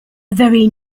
very